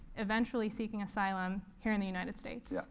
eventually seeking asylum here in the united states. yeah.